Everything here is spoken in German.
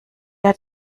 hat